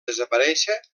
desaparèixer